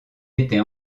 était